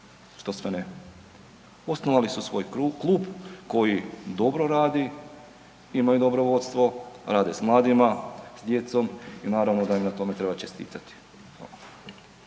što sve ne, osnovali su svoj klub, koji dobro radi, imaju dobro vodstvo, rade s mladima s djecom i naravno da im na tome treba čestitati.